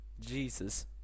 Jesus